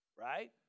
right